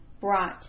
brought